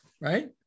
right